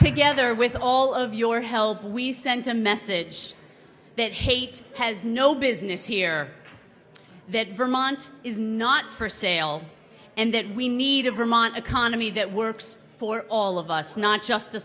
together with all of your help we sent a message that hate has no business here that vermont is not for sale and that we need a vermont economy that works for all of us not just a